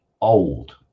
old